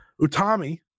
Utami